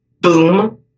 boom